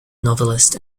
novelist